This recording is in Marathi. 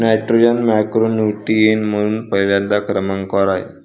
नायट्रोजन मॅक्रोन्यूट्रिएंट म्हणून पहिल्या क्रमांकावर आहे